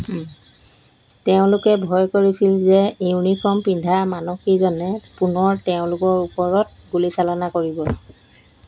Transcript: তেওঁলোকে ভয় কৰিছিল যে ইউনিফৰ্ম পিন্ধা মানুহকেইজনে পুনৰ তেওঁলোকৰ ওপৰত গুলীচালনা কৰিব